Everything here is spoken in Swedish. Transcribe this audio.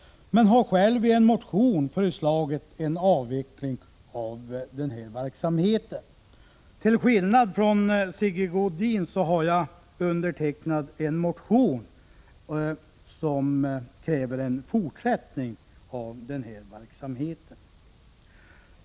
Men i en motion har han själv föreslagit en avveckling av denna verksamhet. Till skillnad från Sigge Godin har jag undertecknat en motion som innehåller krav på en fortsatt verksamhet.